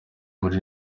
muri